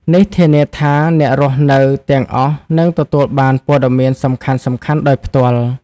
នេះធានាថាអ្នករស់នៅទាំងអស់នឹងទទួលបានព័ត៌មានសំខាន់ៗដោយផ្ទាល់។